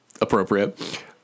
Appropriate